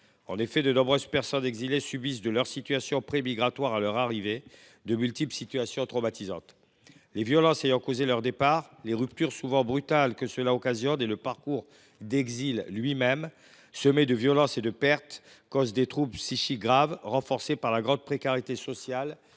En effet, de nombreuses personnes exilées subissent, de leur situation prémigratoire à leur arrivée, de multiples situations traumatisantes. Les violences ayant provoqué leur départ, les ruptures souvent brutales que celui ci occasionne et le parcours d’exil lui même, semé de violences et de pertes, sont la cause de troubles psychiques graves, renforcés par la grande précarité sociale